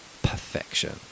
Perfection